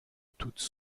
toutes